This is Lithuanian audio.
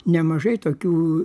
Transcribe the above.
nemažai tokių